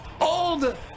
old